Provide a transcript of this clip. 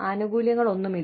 ആനുകൂല്യങ്ങളൊന്നുമില്ല